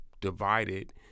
divided